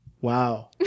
Wow